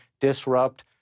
disrupt